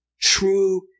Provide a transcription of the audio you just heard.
true